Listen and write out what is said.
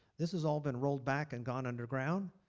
this has all been rolled back and gone underground.